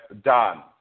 done